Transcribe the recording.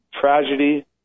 tragedy